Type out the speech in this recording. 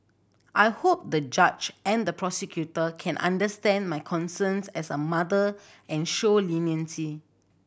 I hope the judge and the prosecutor can understand my concerns as a mother and show leniency